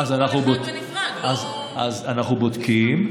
תבדקו כל אחד בנפרד, לא, אז אנחנו בודקים.